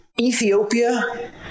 Ethiopia